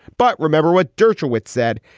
but remember what dershowitz said.